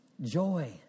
Joy